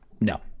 no